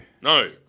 No